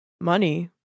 Money